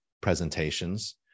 presentations